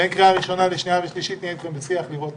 בין קריאה ראשונה לשנייה והשלישית נהיה אתכם בשיח לראות